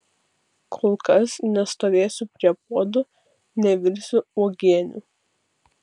kol kas nestovėsiu prie puodų nevirsiu uogienių